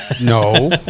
no